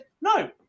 No